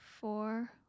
four